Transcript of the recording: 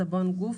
סבון גוף,